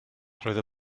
roedd